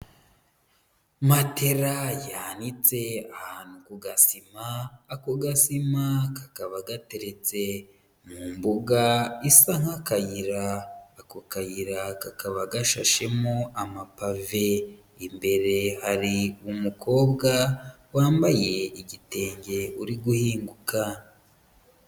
Matera yanitse ahantu ku gasima, ako gasima kakaba gateretse, mu mbuga isa n'akayira. Ako kayira kakaba gashashemo amapave. Imbere hari umukobwa, wambaye igitenge uri guhinguka.